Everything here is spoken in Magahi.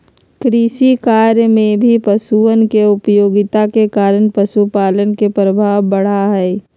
कृषिकार्य में भी पशुअन के उपयोगिता के कारण पशुपालन के प्रभाव बढ़ा हई